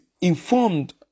informed